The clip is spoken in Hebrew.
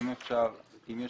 אם יש